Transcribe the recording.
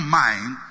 mind